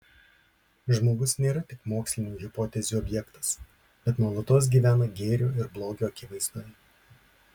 žmogus nėra tik mokslinių hipotezių objektas bet nuolatos gyvena gėrio ir blogio akivaizdoje